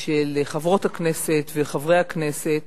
של חברות הכנסת וחברי הכנסת